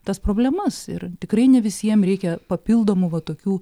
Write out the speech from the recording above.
tas problemas ir tikrai ne visiem reikia papildomų va tokių